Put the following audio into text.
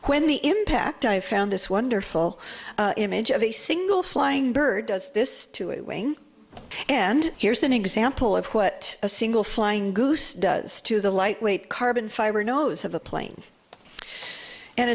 when the impact i found this wonderful image of a single flying bird does this to a wing and here's an example of what a single flying goose does to the lightweight carbon fiber nose of the plane and